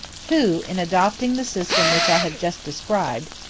who, in adopting the system which i have just described,